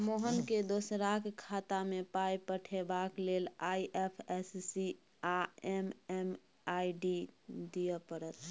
मोहनकेँ दोसराक खातामे पाय पठेबाक लेल आई.एफ.एस.सी आ एम.एम.आई.डी दिअ पड़तै